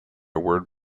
word